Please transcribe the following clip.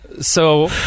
So-